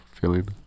feeling